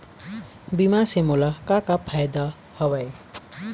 बीमा से मोला का का फायदा हवए?